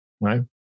Right